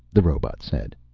the robot said.